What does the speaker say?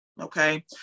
Okay